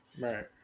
Right